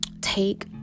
take